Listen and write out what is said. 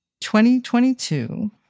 2022